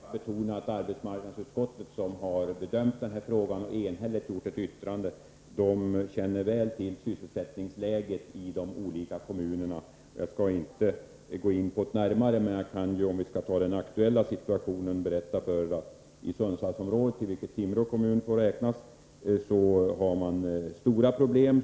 Herr talman! Jag skall inte tynga kammaren med siffror, men jag vill betona att arbetsmarknadsutskottet, som har bedömt denna fråga och lämnat ett enhälligt yttrande, känner väl till sysselsättningsläget i de olika kommunerna. Jag skall inte gå närmare in på det, men jag kan berätta att den aktuella situationen i Sundsvallsområdet, till vilket Timrå kommun får räknas, är sådan att man har stora problem.